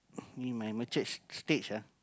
in my matured stage ah